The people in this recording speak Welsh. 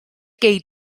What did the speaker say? gei